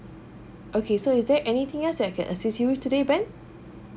okay so is there anything else that I can assist you with today ben